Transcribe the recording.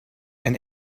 and